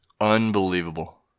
Unbelievable